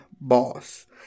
Boss